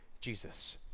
Jesus